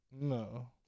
No